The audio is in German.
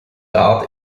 art